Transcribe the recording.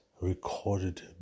recorded